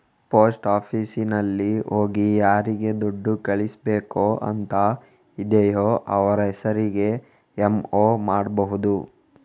post ಆಫೀಸಿನಲ್ಲಿ ಹೋಗಿ ಯಾರಿಗೆ ದುಡ್ಡು ಕಳಿಸ್ಬೇಕು ಅಂತ ಇದೆಯೋ ಅವ್ರ ಹೆಸರಿಗೆ ಎಂ.ಒ ಮಾಡ್ಬಹುದು